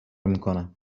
میکنم